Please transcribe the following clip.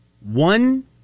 one